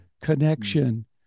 connection